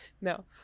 No